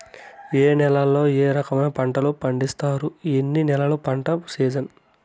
ఏ నేలల్లో ఏ రకము పంటలు పండిస్తారు, ఎన్ని నెలలు పంట సిజన్?